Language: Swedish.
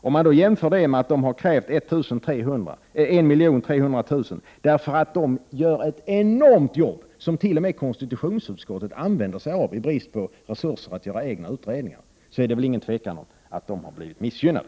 Om vi jämför med att man har krävt 1 300 000, därför att man gör ett enormt jobb — som t.o.m. konstitutionsutskottet använder sig av i brist på resurser att göra egna utredningar — är det inte något tvivel om att Svenska fredsoch skiljedomsföreningen har blivit missgynnad.